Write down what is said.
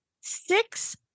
Six